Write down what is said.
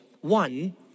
one